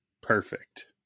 perfect